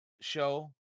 show